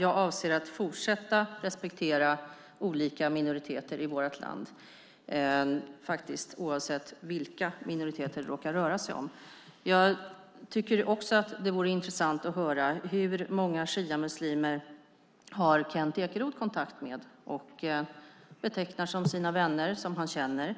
Jag avser att fortsätta att respektera olika minoriteter i vårt land, oavsett vilka minoriteter det råkar röra sig om. Jag tycker också att det vore intressant att höra hur många shiamuslimer Kent Ekeroth har kontakt med och betecknar som sina vänner som han känner